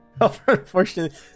Unfortunately